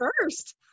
first